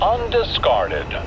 Undiscarded